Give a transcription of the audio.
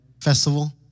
festival